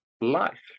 life